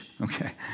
Okay